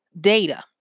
data